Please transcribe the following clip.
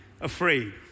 afraid